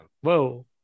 whoa